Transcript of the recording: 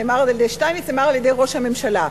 נאמר על-ידי שטייניץ ונאמר על-ידי ראש הממשלה.